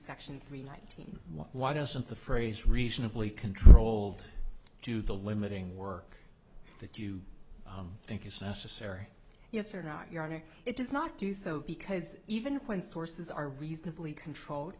section three nineteen why doesn't the phrase reasonably controlled to the limiting work that you think is necessary yes or not your honor it does not do so because even when sources are reasonably controlled